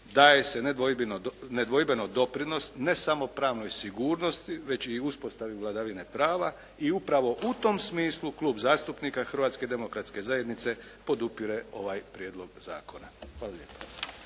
daje se nedvojbeno doprinos ne samo pravnoj sigurnosti već i uspostavi vladavine prava i upravo u tom smislu Klub zastupnika Hrvatske demokratske zajednice podupire ovaj prijedlog zakona. Hvala lijepa.